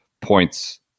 points